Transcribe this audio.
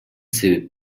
себеп